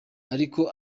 ariko